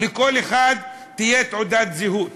לכל אחד תהיה תעודת זהות.